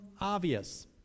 obvious